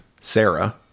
Sarah